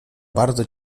bardzo